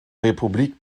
republik